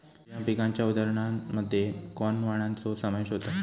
GM पिकांच्या उदाहरणांमध्ये corn वाणांचो समावेश होता